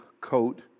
coat